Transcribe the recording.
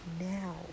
now